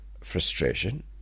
frustration